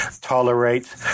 tolerate